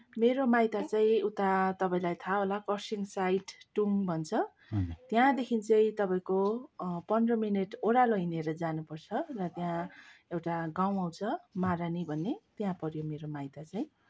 मेरो माइत चाहिँ उता तपाईँलाई थाहा होला खरसाङ साइड टुङ भन्छ त्यहाँदेखि चाहिँ तपाईँको पन्ध्र मिनट ओह्रालो हिँडेर जानुपर्छ र त्यहाँ एउटा गाउँ आउँछ महारानी भन्ने त्यहाँ पऱ्यो मेरो माइत चाहिँ